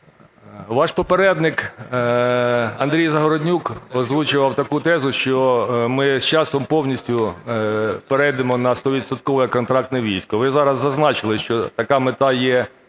ваш попередник Андрій Загороднюк озвучував таку тезу, що ми з часом повністю перейдемо на стовідсоткове контрактне військо. Ви зараз зазначили, що така мета є у вас,